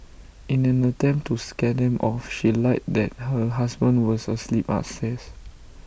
in an attempt to scare them off she lied that her husband was asleep upstairs